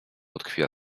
utkwiła